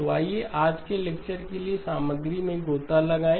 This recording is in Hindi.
तो आइए आज के लेक्चर के लिए सामग्री में गोता लगाएँ